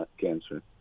cancer